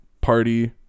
party